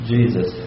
Jesus